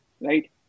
right